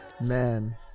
Man